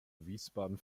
wiesbaden